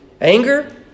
anger